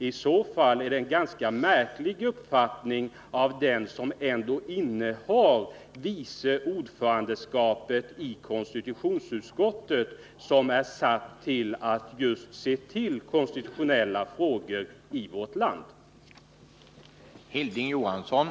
I så fall är detta en ganska märklig uppfattning av den som ändå innehar viceordförandeposten i konstitutionsutskottet, vilket utskott är inrättat just för att se till de konstitutionella frågorna i vårt land.